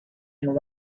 and